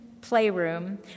playroom